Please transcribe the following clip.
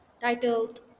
titled